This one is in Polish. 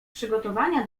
przygotowania